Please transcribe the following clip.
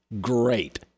Great